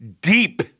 deep